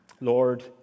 Lord